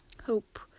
Hope